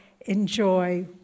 enjoy